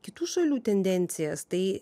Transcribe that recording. kitų šalių tendencijas tai